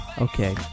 Okay